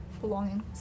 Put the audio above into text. belongings